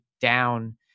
down